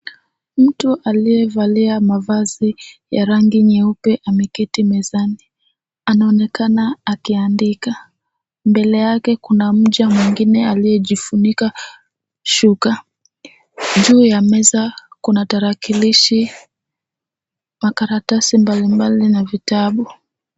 Mtu aliyevalia mavazi ya rangi nyeupe ameketi mezani, anaonekana akiandika. Mbele yake kuna mja mwingine aliyejifunika shuka. Juu ya meza kuna tarakilishi, makaratasi mbalimbali na vitabu.